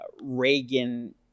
Reagan